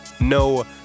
No